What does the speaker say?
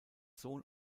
sohn